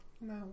No